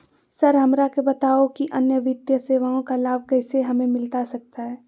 Sir हमरा के बताओ कि अन्य वित्तीय सेवाओं का लाभ कैसे हमें मिलता सकता है?